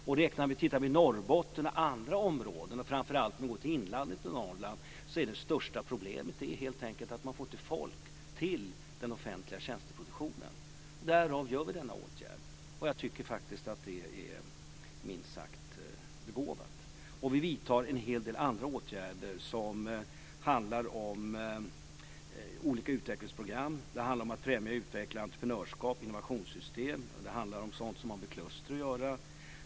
Om vi tittar hur det ser ut i Norrbotten och i andra områden, framför allt i inlandet i Norrland, så är det största problemet helt enkelt att man inte får folk till den offentliga tjänsteproduktionen. Därför vidtar vi denna åtgärd. Och jag tycker faktiskt att det är minst sagt begåvat. Vi vidtar även en hel del andra åtgärder som handlar om olika utvecklingsprogram. Det handlar om att främja och utveckla entreprenörskap och innovationssystem. Det handlar om sådant som har med kluster att göra.